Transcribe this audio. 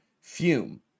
Fume